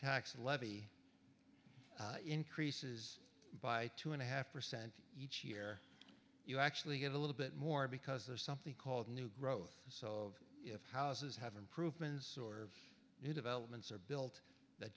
tax levy increases by two and a half percent each year you actually get a little bit more because of something called new growth so if houses have improvements or new developments are built that